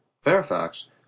fairfax